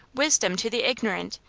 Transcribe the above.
wisdom to the ignorant,